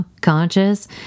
conscious